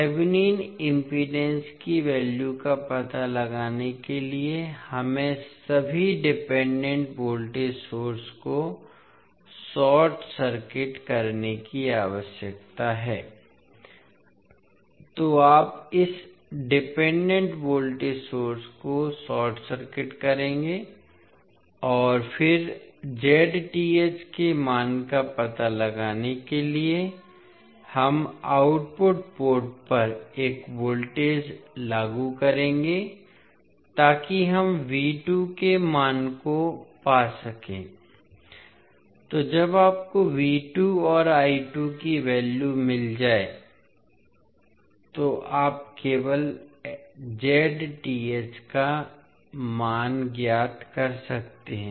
Thevenin impedance की value का पता लगाने के लिए हमें सभी डिपेंडेंट वोल्टेज सोर्स को शॉर्ट सर्किट करने की आवश्यकता है तो आप इस डिपेंडेंट वोल्टेज सोर्स को शॉर्ट सर्किट करेंगे और फिर के मान का पता लगाने के लिए हम आउटपुट पोर्ट पर एक वोल्टेज लागू करेंगे ताकि हम के मान को पा सकें तो जब आपको और की वैल्यू मिल जाए तो आप केवल का मान ज्ञात कर सकते हैं